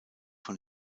von